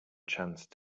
chance